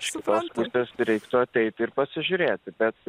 suprantate reiktų ateiti ir pasižiūrėti bet